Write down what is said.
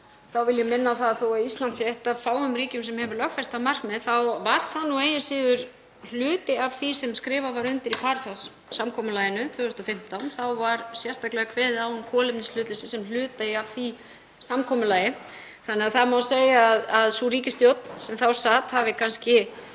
þá vil ég minna á það að þó að Ísland sé eitt af fáum ríkjum sem hefur lögfest það markmið þá var það nú eigi að síður hluti af því sem skrifað var undir í Parísarsamkomulaginu 2015. Þar var sérstaklega kveðið á um kolefnishlutleysi sem hluta af því samkomulagi. Það má segja að sú ríkisstjórn sem þá sat hafi kannski